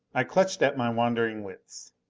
i clutched at my wandering wits.